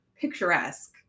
picturesque